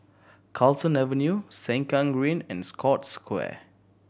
Carlton Avenue Sengkang Green and Scotts Square